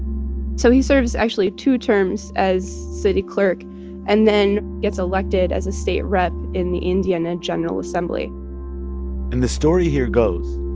so he serves, actually, two terms as city clerk and then gets elected as a state rep in the indiana general assembly and the story here goes,